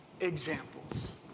examples